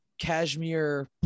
cashmere